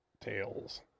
Tails